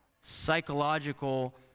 psychological